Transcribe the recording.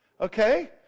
okay